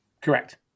correct